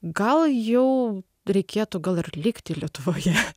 gal jau reikėtų gal ir likti lietuvoje